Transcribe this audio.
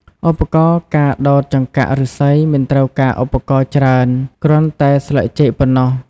ឧបករណ៍ការដោតចង្កាក់ឫស្សីមិនត្រូវការឧបករណ៍ច្រើន គ្រាន់តែស្លឹកចេកប៉ុណ្ណោះ។